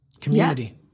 Community